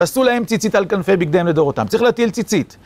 עשו להם ציצית על כנפי בגדיהם לדורותם, צריך להטיל ציצית.